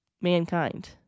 mankind